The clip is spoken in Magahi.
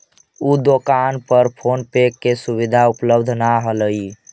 उ दोकान पर फोन पे के सुविधा उपलब्ध न हलई